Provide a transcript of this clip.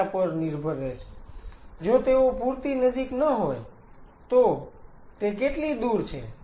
તેના પર નિર્ભર રહેશે જો તેઓ પૂરતી નજીક ન હોય તો તે કેટલી દૂર છે